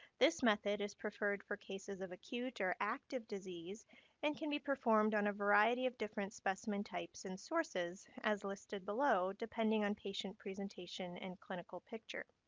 this method is preferred for cases of acute or active disease and can be performed on a variety of different specimen types and sources as listed below, depending on patient presentation and clinical picture.